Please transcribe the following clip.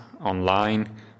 online